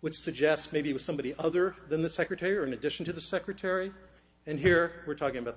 which suggests maybe was somebody other than the secretary or in addition to the secretary and here we're talking about the